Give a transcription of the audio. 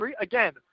again